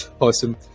Awesome